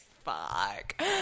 Fuck